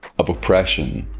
of oppression.